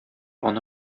аны